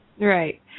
right